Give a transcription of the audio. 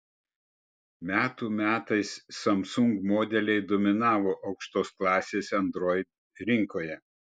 metų metais samsung modeliai dominavo aukštos klasės android rinkoje